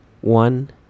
one